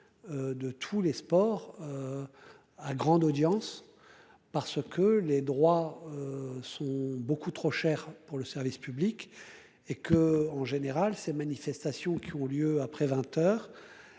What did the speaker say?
De tous les sports. À grande audience. Parce que les droits. Sont beaucoup trop cher pour le service public et qu'en général ces manifestations qui ont lieu après 20h.